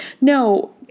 No